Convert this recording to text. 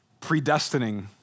predestining